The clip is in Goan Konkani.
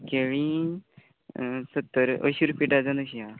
केळीं सत्तर अंयशीं रुपया डझन अशीं आं